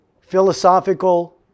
philosophical